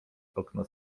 okno